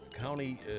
County